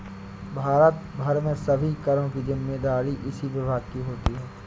भारत भर में सभी करों की जिम्मेदारी इसी विभाग की होती है